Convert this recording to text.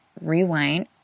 rewind